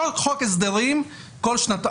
בכל חוק הסדרים כל ארבע שנים,